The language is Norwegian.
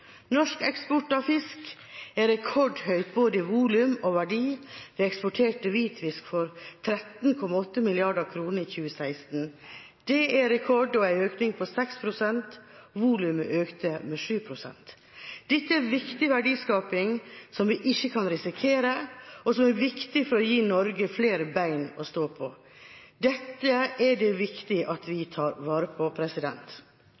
Norsk eksport av fisk er rekordhøy både i volum og verdi. Vi eksporterte hvitfisk for 13,8 mrd. kr i 2016. Det er rekord og en økning på 6 pst. Volumet økte med 7 pst. Dette er viktig verdiskaping som vi ikke kan risikere, og som er viktig for å gi Norge flere bein å stå på. Dette er det viktig at vi